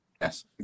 Yes